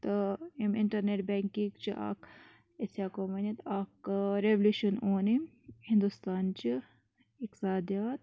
تہٕ ایِم internet banking چھِ اکھ أسۍ ہیکو ؤنِتھ اکھ ریولوشن اوٛن أمۍ ہندوستان چہِ اکسادیات